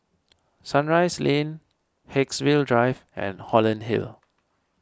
Sunrise Lane Haigsville Drive and Holland Hill